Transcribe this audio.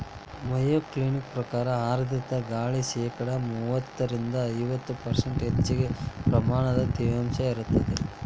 Mayo Clinic ಪ್ರಕಾರ ಆರ್ಧ್ರತೆ ಗಾಳಿ ಶೇಕಡಾ ಮೂವತ್ತರಿಂದ ಐವತ್ತು ಪರ್ಷ್ಂಟ್ ಹೆಚ್ಚಗಿ ಪ್ರಮಾಣದ ತೇವಾಂಶ ಇರತ್ತದ